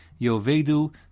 Yovedu